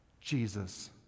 Jesus